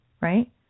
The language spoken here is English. right